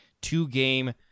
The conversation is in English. two-game